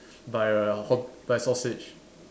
by a hot~ by sausage